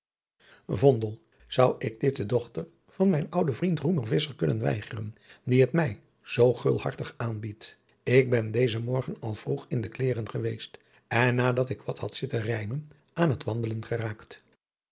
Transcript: zou ik dit de dochter van mijn ouden vriend roemer visscher kunnen weigeren die het mij zoo gulhartig aanbiedt ik ben dezen morgen al vroeg in de kleêren geweest en nadat ik wat had zitten rijmen aan het wandelen geraakt